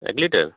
এক লিটার